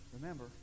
remember